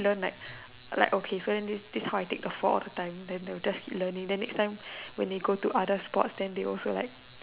like okay so then this this how I take the fall all the time then they will just keep learning then next time when they go to other sports then they also like